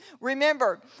Remember